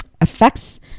affects